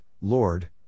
Lord